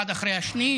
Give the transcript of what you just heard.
אחד אחרי השני,